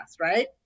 right